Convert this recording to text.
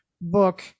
book